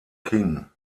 king